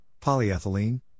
Polyethylene